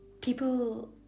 people